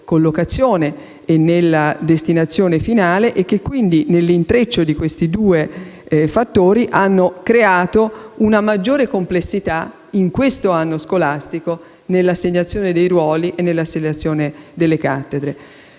collocazione e nella destinazione finale. L'intreccio di questi due fattori, ha creato una maggiore complessità in questo anno scolastico nell'assegnazione dei ruoli e delle cattedre.